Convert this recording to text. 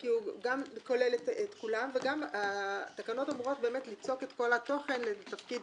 כי הוא גם כולל את כולם וגם התקנות אמורות ליצוק את כל התוכן לתפקיד